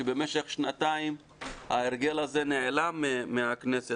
במשך שנתיים ההרגל הזה נעלם מהכנסת,